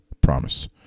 promise